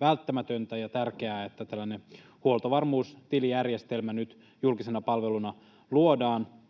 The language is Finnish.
välttämätöntä ja tärkeää, että tällainen huoltovarmuustilijärjestelmä nyt julkisena palveluna luodaan.